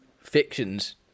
fictions